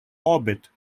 orbit